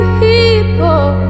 people